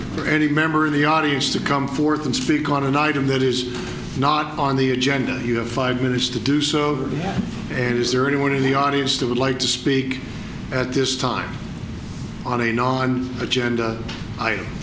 for any member of the audience to come forth and speak on an item that is not on the agenda you have five minutes to do so and is there anyone in the audience that would like to speak at this time on a non agenda item